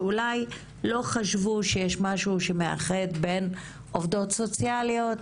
שאולי לא חשבו שיש משהו שמאחד בינן לבין עובדות סוציאליות